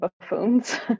buffoons